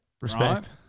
Respect